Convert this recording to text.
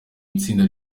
itsinda